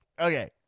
Okay